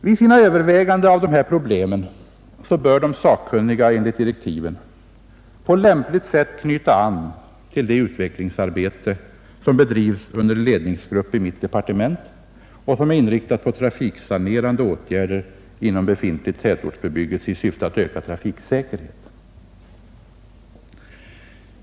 Vid sina överväganden av dessa problem bör de sakkunniga enligt direktiven på lämpligt sätt knyta an till det utvecklingsarbete som bedrivs under ledning av en grupp i mitt departement och som är inriktat på trafiksanerande åtgärder inom befintlig tätortsbebyggelse i syfte att öka trafiksäkerheten.